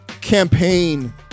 campaign